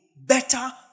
better